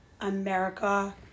America